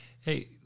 hey